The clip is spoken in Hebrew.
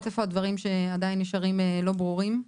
איפה הדברים עדיין נשארים לא ברורים,